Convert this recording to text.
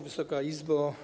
Wysoka Izbo!